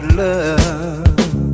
love